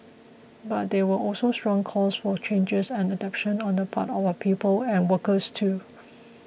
but there were also strong calls for changes and adaptation on the part of our people and workers too